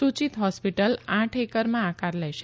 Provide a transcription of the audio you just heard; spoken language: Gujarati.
સુચિત હોસ્પિટલ આઠ એકરમાં આકાર લેશે